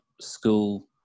school